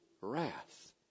wrath